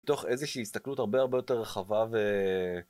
תוך איזושהי הסתכלות הרבה הרבה יותר רחבה ו...